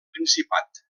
principat